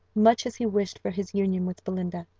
much as he wished for his union with belinda,